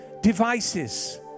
devices